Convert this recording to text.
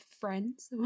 friends